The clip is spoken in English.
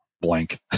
Blank